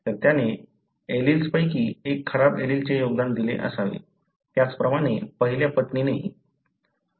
तर त्याने एलील्सपैकी एक खराब एलीलचे योगदान दिले असावे त्याचप्रमाणे पहिल्या पत्नीनेहि